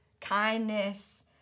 kindness